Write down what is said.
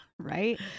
Right